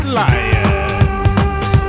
lions